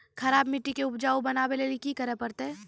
खराब मिट्टी के उपजाऊ बनावे लेली की करे परतै?